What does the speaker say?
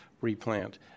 replant